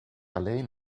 alleen